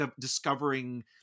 discovering